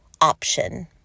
option